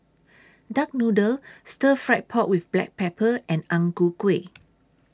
Duck Noodle Stir Fry Pork with Black Pepper and Ang Ku Kueh